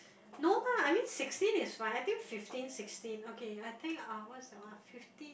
no lah I mean sixteen is fine I think fifteen sixteen okay I think uh what's that one fifteen